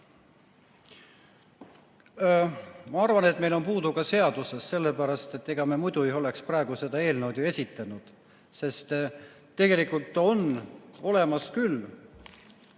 Ma arvan, et meil on puudusi ka seaduses, sellepärast et ega me muidu ei oleks praegu ju seda eelnõu esitanud. Sest tegelikult on olemas küll